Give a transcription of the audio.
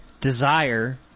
Desire